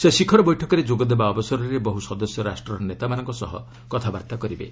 ସେ ଶିଖର ବୈଠକରେ ଯୋଗ ଦେବା ଅବସରରେ ବହୃ ସଦସ୍ୟ ରାଷ୍ଟ୍ରର ନେତାମାନଙ୍କ ସହ କଥାବାର୍ତ୍ତା କରିବେ